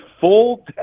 full